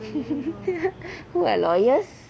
what lawyers